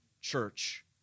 church